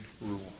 rule